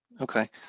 Okay